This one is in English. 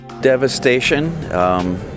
Devastation